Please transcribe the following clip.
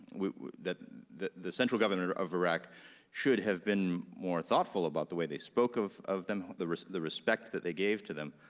the the central government of of iraq should have been more thoughtful about the way they spoke of of them, the the respect that they gave to them,